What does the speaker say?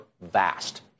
vast